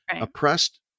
oppressed